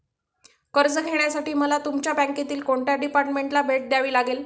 कर्ज घेण्यासाठी मला तुमच्या बँकेतील कोणत्या डिपार्टमेंटला भेट द्यावी लागेल?